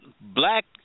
black